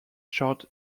chart